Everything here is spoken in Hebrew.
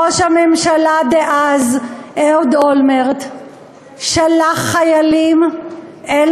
ראש הממשלה דאז אהוד אולמרט שלח חיילים אל